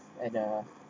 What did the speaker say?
and a